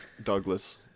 douglas